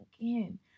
again